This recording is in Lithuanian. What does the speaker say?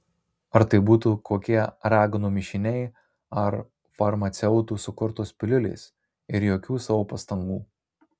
ar tai būtų kokie raganų mišiniai ar farmaceutų sukurtos piliulės ir jokių savo pastangų